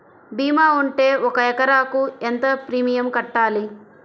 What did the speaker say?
భీమా ఉంటే ఒక ఎకరాకు ఎంత ప్రీమియం కట్టాలి?